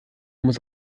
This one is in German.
muss